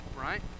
right